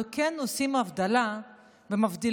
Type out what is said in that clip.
אנחנו כן עושים הבדלה בין